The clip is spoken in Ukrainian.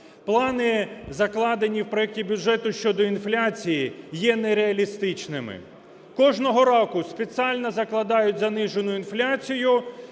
Плани, закладені в проекті бюджету щодо інфляції, є нереалістичними. Кожного року спеціально закладають занижену інфляцію,